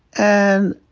and,